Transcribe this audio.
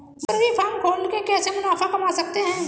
मुर्गी फार्म खोल के कैसे मुनाफा कमा सकते हैं?